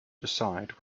decide